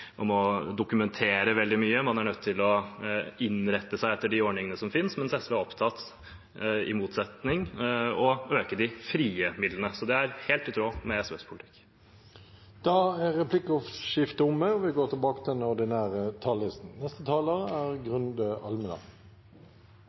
man er nødt til å søke på prosjekter, man må dokumentere veldig mye, man er nødt til å innrette seg etter de ordningene som finnes, mens SV – i motsetning – er opptatt av å øke de frie midlene. Så det er helt i tråd med SVs politikk. Replikkordskiftet er omme.